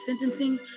sentencing